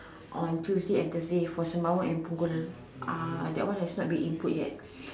on Tuesday and Thursday for Sembawang and Punggol